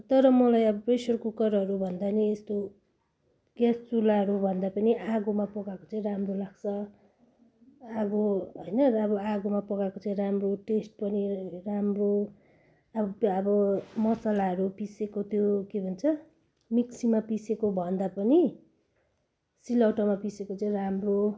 तर मलाई अब प्रेसर कुकरहरूभन्दा पनि यस्तो ग्यास चुलाहरूभन्दा पनि आगोमा पकाएको चाहिँ राम्रो लाग्छ अब होइन र अब आगोमा पकाएको चाहिँ राम्रो टेस्ट पनि राम्रो अब मसलाहरू पिसेको त्यो के भन्छ मिक्सीमा पिसेकोभन्दा पनि सिलौटोमा पिसेको चाहिँ राम्रो